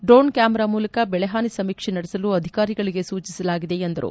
drone camera ಮೂಲಕ ಬೆಳೆಹಾನಿ ಸಮೀಕ್ಷೆ ನಡೆಸಲು ಅಧಿಕಾರಿಗಳಿಗೆ ಸೂಚಿಸಲಾಗಿದೆ ಎಂದರು